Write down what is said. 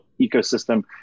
ecosystem